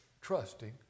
trusting